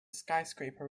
skyscraper